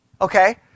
Okay